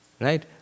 Right